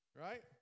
right